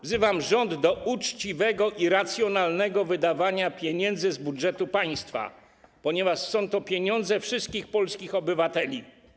Wzywam rząd do uczciwego i racjonalnego wydawania pieniędzy z budżetu państwa, ponieważ są to pieniądze wszystkich polskich obywateli.